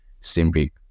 simply